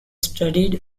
studied